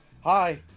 Hi